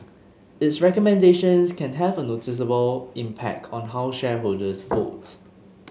its recommendations can have a noticeable impact on how shareholders vote